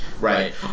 Right